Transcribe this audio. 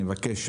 אני מבקש,